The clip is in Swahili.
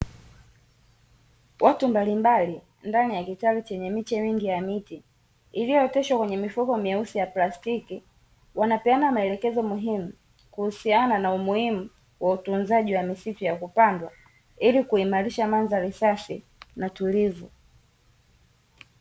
Watu mbalimbali ndani ya kitalu chenye miche mingi ya miti iliyooteshwa kwenye mifuko meusi ya plastiki, wanapeana maelekezo muhimu kuhusiana na umuhimu wa utunzaji wa misitu ya kupandwa ili kuimarisha mandhari safi na tulivu.